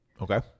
Okay